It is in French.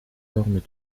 formes